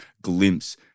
glimpse